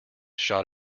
shot